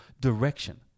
direction